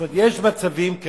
זאת אומרת, יש מצבים כאלה.